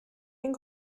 den